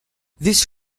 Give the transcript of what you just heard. this